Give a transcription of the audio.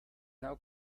now